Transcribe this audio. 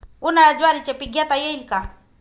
उन्हाळ्यात ज्वारीचे पीक घेता येईल का?